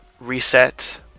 reset